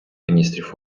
міністрів